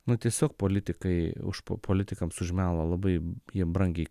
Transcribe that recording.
nu tiesiog politikai už po politikams už melą labai jie brangiai